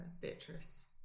Beatrice